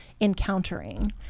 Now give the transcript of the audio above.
encountering